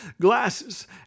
Glasses